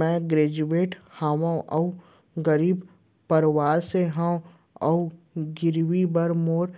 मैं ग्रेजुएट हव अऊ गरीब परवार से हव अऊ गिरवी बर मोर